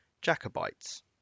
Jacobites